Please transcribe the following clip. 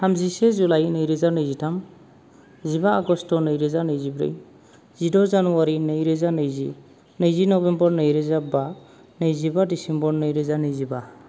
थामजिसे जुलाइ नैरोजा नैजिथाम जिबा आगष्ट नैरोजा नैजिब्रै जिद' जानुवारी नैरोजा नैजि नैजि नभेम्बर नैरोजा बा नैजिबा दिसेम्बर नैरोजा नैजिबा